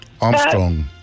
Armstrong